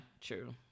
true